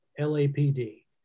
LAPD